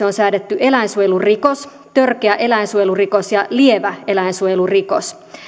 on säädetty eläinsuojelurikos törkeä eläinsuojelurikos ja lievä eläinsuojelurikos